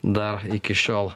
dar iki šiol